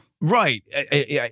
Right